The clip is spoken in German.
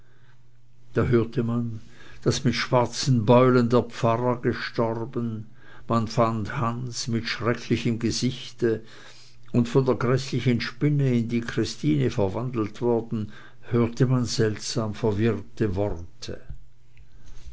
da hörte man daß mit schwarzen beulen der pfarrer gestorben man fand hans mit schrecklichem gesichte und von der gräßlichen spinne in die christine verwandelt worden hörte man seltsam verwirrte worte